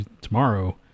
tomorrow